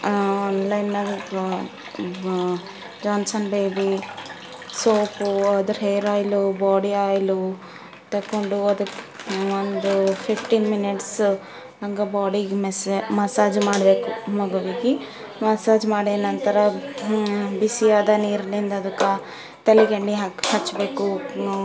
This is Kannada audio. ಜಾನ್ಸನ್ ಬೇಬಿ ಸೋಪು ಅದರ ಹೇರ್ ಆಯ್ಲು ಬಾಡಿ ಆಯ್ಲ್ ತೊಗೊಂಡು ಅದಕ್ಕೆ ಒಂದು ಫಿಫ್ಟೀನ್ ಮಿನಿಟ್ಸ ಹಂಗೆ ಬಾಡಿಗೆ ಮೆಸಾ ಮಸಾಜ್ ಮಾಡಬೇಕು ಮೊದಲಿಗೆ ಮಸಾಜ್ ಮಾಡಿದ ನಂತರ ಬಿಸಿಯಾದ ನೀರಿನಿಂದ ಅದಕ್ಕೆ ತಲೆಗೆ ಎಣ್ಣೆ ಹಾಕಿ ಹಚ್ಚಬೇಕು